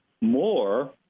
more